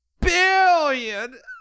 billion